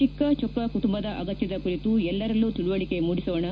ಚಿಕ್ಕ ಚೊಕ್ಕ ಕುಟುಂಬದ ಅಗತ್ಯದ ಕುರಿತು ಎಲ್ಲರಲ್ಲೂ ತಿಳುವಳಿಕೆ ಮೂದಿಸೋಣ